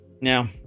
Now